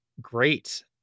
great